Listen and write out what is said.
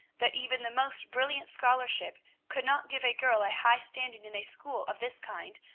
that even the most brilliant scholarship could not give a girl a high standing in a school of this kind,